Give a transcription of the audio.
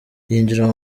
yinjira